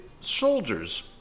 soldiers